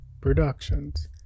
productions